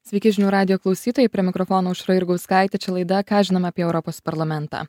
sveiki žinių radijo klausytojai prie mikrofono aušra jurgauskaitė čia laida ką žinom apie europos parlamentą